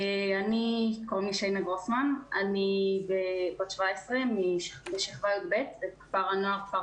אני בת 17 משכבה י"ב בכפר הנוער כפר